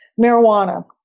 marijuana